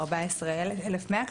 14,100,